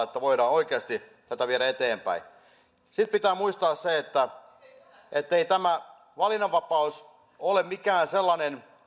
että voidaan oikeasti tätä viedä eteenpäin sitten pitää muistaa se ettei tämä valinnanvapaus ole mikään sellainen